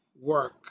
work